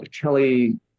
Kelly